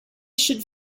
should